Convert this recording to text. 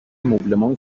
مبلمان